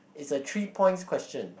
it's a three points question